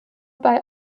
bei